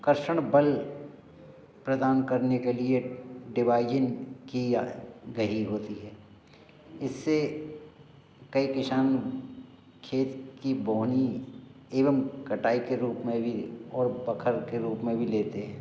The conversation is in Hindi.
कर्षण बल प्रदान करने के लिए डिवाइजिन किया गई होती है इससे कई किसान खेत की बोनी एवं कटाई के रूप में भी और पोखर के रूप में भी लेते हैं